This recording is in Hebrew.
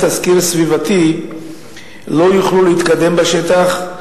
תסקיר סביבתי לא יוכלו להתקדם בשטח,